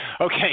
Okay